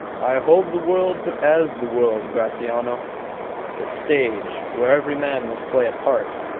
i hold the world but as the world, gratiano a stage, where every man must play a part,